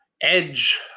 Edge